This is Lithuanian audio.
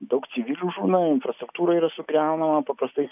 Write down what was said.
daug civilių žūna infrastruktūra yra sugriaunama paprastai